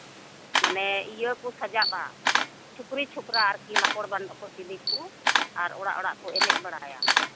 ᱢᱟᱱᱮ ᱤᱭᱟᱹᱠᱚ ᱥᱟᱡᱟᱜᱼᱟ ᱪᱷᱚᱠᱨᱤ ᱪᱷᱚᱠᱨᱟ ᱟᱨᱠᱤ ᱞᱟᱠᱚᱲ ᱵᱟᱸᱫᱚᱠᱚ ᱪᱤᱞᱤᱠᱚ ᱟᱨ ᱚᱲᱟᱜ ᱚᱲᱟᱜ ᱠᱚ ᱮᱱᱮᱡ ᱵᱟᱲᱟᱭᱟ